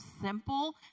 simple